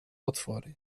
potwory